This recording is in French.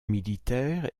militaire